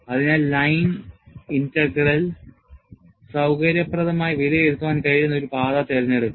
അതിനാൽ line integral സൌകര്യപ്രദമായി വിലയിരുത്താൻ കഴിയുന്ന ഒരു പാത തിരഞ്ഞെടുക്കുക